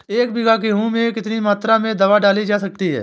एक बीघा गेहूँ में कितनी मात्रा में दवा डाली जा सकती है?